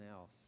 else